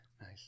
Nice